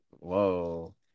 Whoa